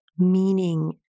Meaning